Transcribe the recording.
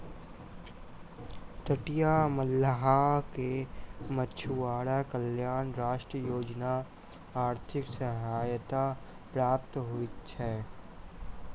तटीय मल्लाह के मछुआरा कल्याण राष्ट्रीय योजना आर्थिक सहायता प्राप्त होइत छै